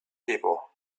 people